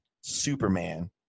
Superman